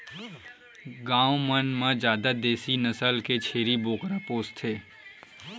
गाँव मन म जादा देसी नसल के छेरी बोकरा पोसथे